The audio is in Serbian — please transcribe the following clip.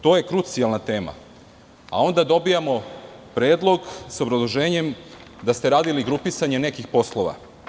To je krucijalna tema, a onda dobijamo predlog sa obrazloženjem da ste radili grupisanje nekih poslova.